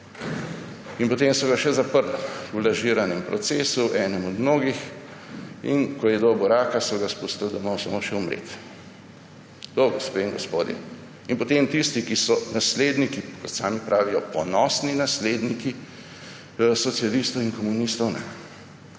In potem so ga še zaprli v lažiranem procesu, enem od mnogih, in ko je dobil raka, so ga spustili domov samo še umreti. To, gospe in gospodje. In potem tisti, ki so nasledniki, kot sami pravijo ponosni nasledniki socialistov in komunistov,